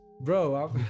Bro